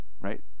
right